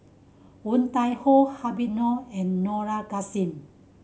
Woon Tai Ho Habib Noh and Dollah Kassim